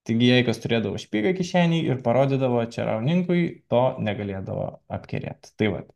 taigi jei kas turėdavo špygą kišenėj ir parodydavo čerauninkui to negalėdavo apkerėt tai vat